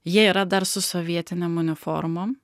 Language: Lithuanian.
jie yra dar su sovietinėm uniformom